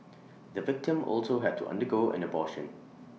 the victim also had to undergo an abortion